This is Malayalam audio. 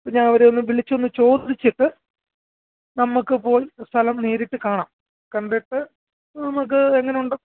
അപ്പോൾ ഞാൻ അവരെ ഒന്ന് വിളിച്ചൊന്ന് ചോദിച്ചിട്ട് നമുക്ക് പോയി സ്ഥലം നേരിട്ട് കാണാം കണ്ടിട്ട് നമുക്ക് എങ്ങനുണ്ട്